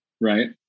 right